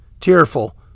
tearful